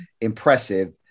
impressive